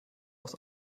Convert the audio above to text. aus